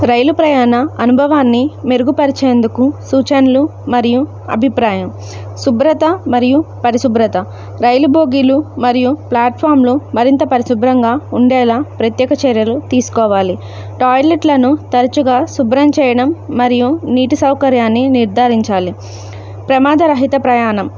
రైలు ప్రయాణ అనుభవాన్ని మెరుగుపరిచేందుకు సూచనలు మరియు అభిప్రాయం శుభ్రత మరియు పరిశుభ్రత రైలు బోగీలు మరియు ప్లాట్ఫార్మ్లు మరింత పరిశుభ్రంగా ఉండేలా ప్రత్యేక చర్యలు తీసుకోవాలి టాయిలెట్లను తరచుగా శుభ్రం చేయడం మరియు నీటి సౌకర్యాన్ని నిర్ధారించాలి ప్రమాద రహిత ప్రయాణం